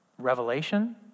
revelation